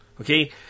Okay